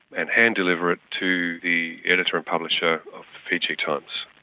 and hand-deliver it to the editor and publisher of the fiji times.